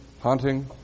hunting